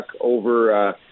over